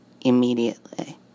immediately